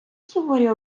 суворі